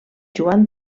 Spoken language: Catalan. joan